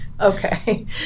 Okay